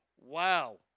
Wow